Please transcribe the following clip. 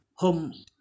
home